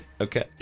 Okay